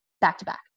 back-to-back